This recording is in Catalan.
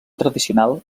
tradicional